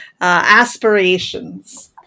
aspirations